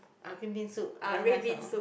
ah green bean soup very nice hor